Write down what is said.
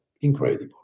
incredible